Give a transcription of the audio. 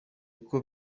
uko